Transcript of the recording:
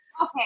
Okay